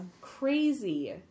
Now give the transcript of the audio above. crazy